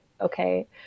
okay